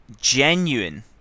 genuine